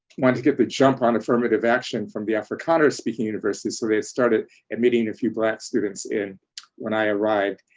wanted to get the jump on affirmative action from the afrikaans-speaking university. so they started admitting a few black students in when i arrived.